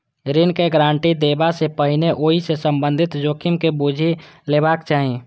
ऋण के गारंटी देबा सं पहिने ओइ सं संबंधित जोखिम के बूझि लेबाक चाही